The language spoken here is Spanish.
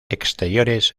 exteriores